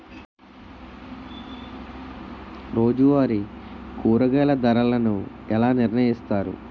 రోజువారి కూరగాయల ధరలను ఎలా నిర్ణయిస్తారు?